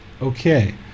Okay